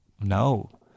no